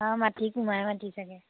অঁ মাটি কুমাৰ মাটি চাগৈ